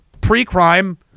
pre-crime